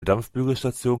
dampfbügelstation